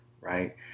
right